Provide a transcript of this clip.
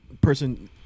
person